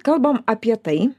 kalbam apie tai